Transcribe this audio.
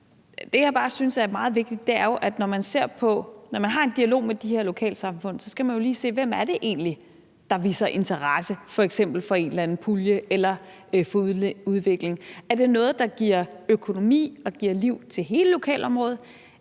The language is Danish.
det, jeg bare synes er meget vigtigt, er jo, at når man har en dialog med de her lokalsamfund, skal man lige se, hvem det egentlig er, der f.eks. viser interesse for en eller anden pulje eller for udvikling. Er det noget, der giver økonomi og giver liv til hele lokalområdet,